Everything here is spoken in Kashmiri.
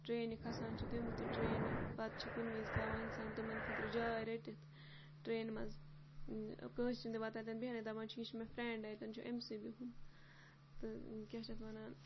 ٹرٛینہِ کھَسان چھِ تِم تہِ ٹرٛینہِ پَتہٕ چھِ کُنہِ وِزِ تھاوان اِنسان تِمَن خٲطر جاے رٔٹِتھ ٹرٛینہِ منٛز کٲنٛسہِ چھِنہٕ دِوان تَتٮ۪ن بیٚہنَے دَپان چھِ یہِ چھِ مےٚ فرٛٮ۪نٛڈ اَتٮ۪ن چھُ أمۍ سے بِہُن تہٕ کیٛاہ چھِ اَتھ وَنان